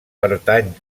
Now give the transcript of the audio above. pertany